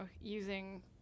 using